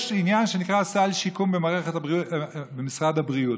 יש עניין שנקרא סל שיקום במשרד הבריאות,